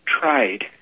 trade